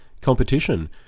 competition